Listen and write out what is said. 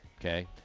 Okay